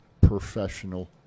professional